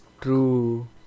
True